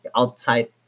outside